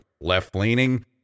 left-leaning